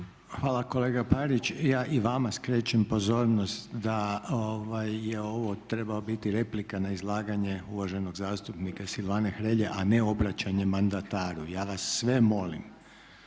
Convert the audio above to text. Hvala kolega Marić, ja i vama skrećem pozornost da je ovo trebala biti replika na izlaganje uvaženog zastupnika Silvane Hrelje a ne obraćanje mandataru. Ja vas sve molim